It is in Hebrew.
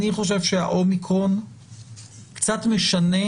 אני חושב שהאומיקרון קצת משנה